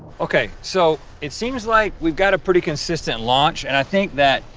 okay, so it seems like we've got a pretty consistent launch, and i think that,